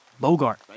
Bogart